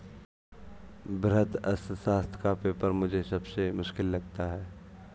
वृहत अर्थशास्त्र का पेपर मुझे सबसे मुश्किल लगता है